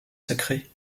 sacrées